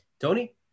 Tony